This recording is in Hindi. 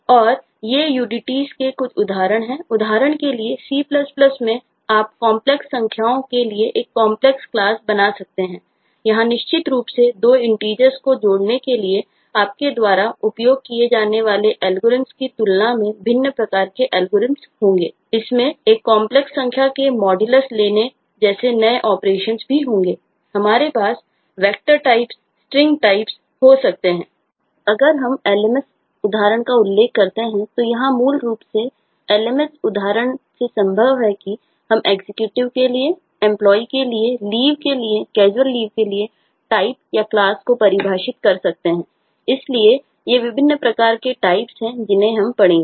और ये UDTsके कुछ उदाहरण हैं उदाहरण के लिए C में आप कॉम्प्लेक्स संख्याओं के लिए एक कॉम्प्लेक्स क्लास हैं जिन्हें हम पढ़ेंगे